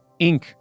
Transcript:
Inc